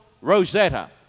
Rosetta